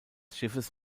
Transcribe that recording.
schiffes